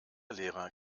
lehrer